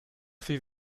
sie